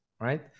Right